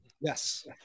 Yes